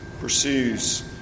pursues